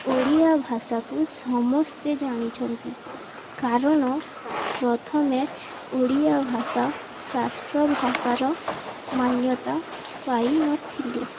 ଓଡ଼ିଆ ଭାଷାକୁ ସମସ୍ତେ ଜାଣିଛନ୍ତି କାରଣ ପ୍ରଥମେ ଓଡ଼ିଆ ଭାଷା ରାଷ୍ଟ୍ରଭାଷାର ମାନ୍ୟତା ପାଇନଥିଲେ